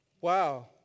Wow